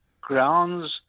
grounds